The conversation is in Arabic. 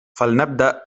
فلنبدأ